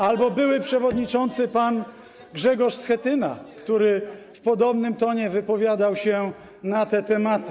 Albo były przewodniczący pan Grzegorz Schetyna, który w podobnym tonie wypowiadał się na te tematy.